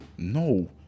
No